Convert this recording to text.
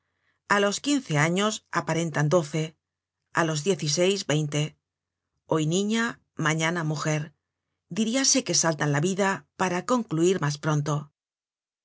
a los quince años aparentan doce á los diez y seis veinte hoy niña mañana mujer diríase que saltan la vida para concluir mas pronto